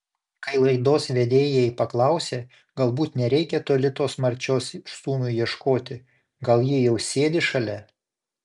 kai laidos vedėjai paklausė galbūt nereikia toli tos marčios sūnui ieškoti gal ji jau sėdi šalia